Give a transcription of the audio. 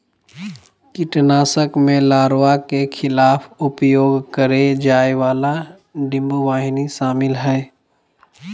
कीटनाशक में लार्वा के खिलाफ उपयोग करेय जाय वाला डिंबवाहिनी शामिल हइ